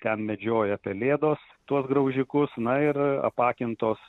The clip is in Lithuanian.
ten medžioja pelėdos tuos graužikus na ir apakintos